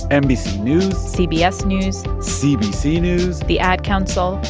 nbc news. cbs news. cbc news. the ad council.